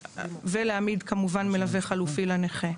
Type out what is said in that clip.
להעמיד מלווה חלופי לנכה,